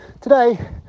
today